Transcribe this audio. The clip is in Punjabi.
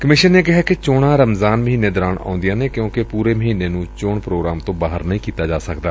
ਕਮਿਸ਼ਨ ਨੇ ਕਿਹੈ ਕਿ ਚੋਣਾ ਰਮਜ਼ਾਨ ਮਹੀਨੇ ਦੌਰਾਨ ਆਉਦੀਆਂ ਨੇ ਕਿਉਂਕਿ ਪੁਰੇ ਮਹੀਨੇ ਨੂੰ ਚੋਣ ਪ੍ਰੋਗਰਾਮ ਤੋ ਬਾਹਰ ਨਹੀ ਕੀਤਾ ਜਾ ਸਕਦਾ